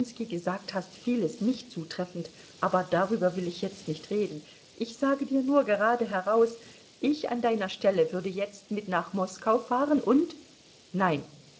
gesagt hast vieles nicht zutreffend aber darüber will ich jetzt nicht reden ich sage dir nur geradeheraus ich an deiner stelle würde jetzt mit nach moskau fahren und nein